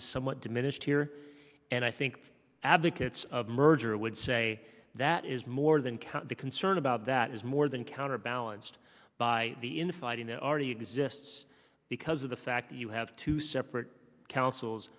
is somewhat diminished here and i think advocates of merger would say that is more than count the concern about that is more than counterbalanced by the infighting that already exists because of the fact that you have two separate councils